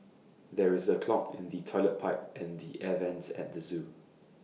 there is A clog in the Toilet Pipe and the air Vents at the Zoo